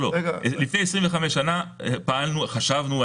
לפני 25 שנה חשבנו,